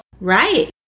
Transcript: Right